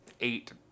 eight